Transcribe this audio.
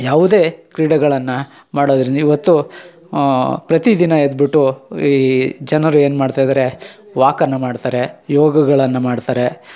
ಯಾವುದೇ ಕ್ರೀಡೆಗಳನ್ನು ಮಾಡೋದ್ರಿಂದ ಇವತ್ತು ಪ್ರತಿ ದಿನ ಎದ್ಬುಟ್ಟು ಈ ಜನರು ಏನ್ಮಾಡ್ತಾ ಇದಾರೆ ವಾಕನ್ನು ಮಾಡ್ತಾರೆ ಯೋಗಗಳನ್ನು ಮಾಡ್ತಾರೆ